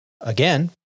again